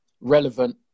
relevant